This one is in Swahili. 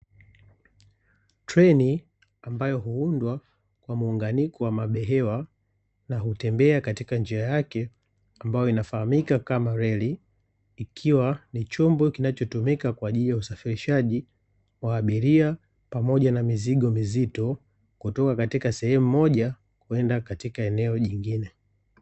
Treni ambayo huundwa kwa muunganiko wa mabehewa, na hutembea katika njia yake ambayo inafahamika kama reli. Ikiwa ni chombo kinachotumika kwa ajili ya usafirishaji, wa abiria pamoja na mizigo mizito, kutoka katika sehemu moja kwenda katika eneo jingine.